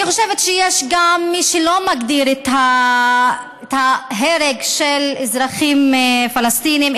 אני חושבת שיש גם מי שלא מגדיר הרג של אזרחים פלסטינים,